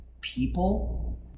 people